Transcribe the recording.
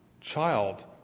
child